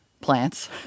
plants